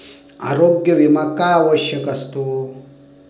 आरोग्य विमा का आवश्यक असतो?